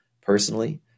personally